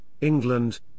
England